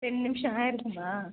ரெண்டு நிமிடம் ஆகிருக்குமா